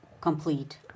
complete